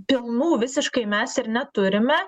pilnų visiškai mes ir neturime